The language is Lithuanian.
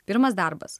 pirmas darbas